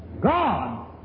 God